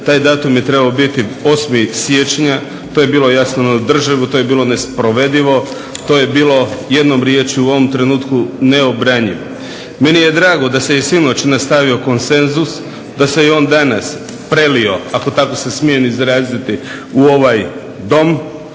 taj datum je trebao biti 8. siječnja, to je bilo nesprovedivo, to je bilo jednom riječju neobranjivo. Meni je drago da se sinoć nastavio konsenzus, da se on danas prelio, ako smijem se tako izraziti u ovaj Dom,